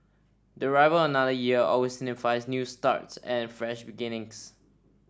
the arrival of another year always signifies new starts and fresh beginnings